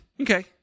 okay